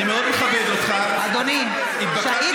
אני אגיד לו מתי לסיים.